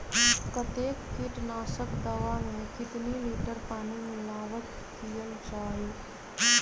कतेक किटनाशक दवा मे कितनी लिटर पानी मिलावट किअल जाई?